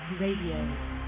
Radio